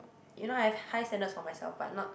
you know I've high standards for myself but not